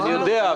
אני יודע,